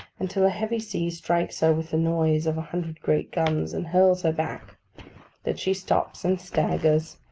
until a heavy sea strikes her with the noise of a hundred great guns, and hurls her back that she stops, and staggers,